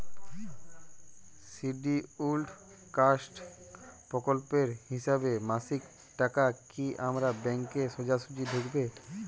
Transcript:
Scheduled caste প্রকল্পের হিসেবে মাসিক টাকা কি আমার ব্যাংকে সোজাসুজি ঢুকবে?